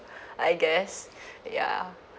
I guess ya